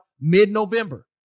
mid-November